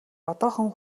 одоохон